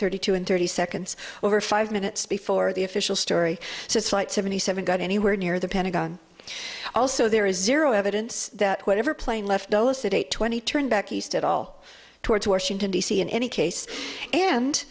thirty two and thirty seconds over five minutes before the official story says flight seventy seven got anywhere near the pentagon also there is zero evidence that whatever plane left dulles at eight twenty turned back east at all towards washington d c in any case and